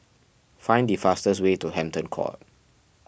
find the fastest way to Hampton Court